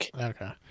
Okay